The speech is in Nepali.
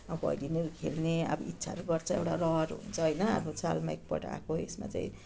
अब भैलेनी खेल्ने अब इच्छाहरू गर्छ एउटा रहर हुन्छ होइन अब सालमा एकपटक आएको यसमा चाहिँ